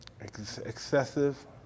excessive